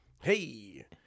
Hey